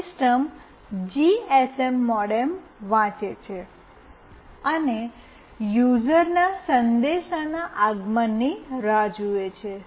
system GSM modem વાંચે છે અને યુઝરના સંદેશના આગમનની રાહ જુએ છે